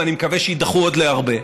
ואני מקווה שהם יידחו עוד הרבה?